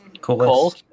Cool